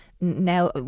now